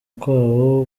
kwabo